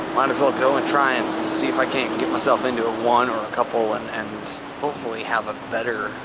might as well go and try and see if i can't get myself into one or a couple and and hopefully, have a better,